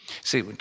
See